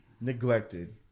neglected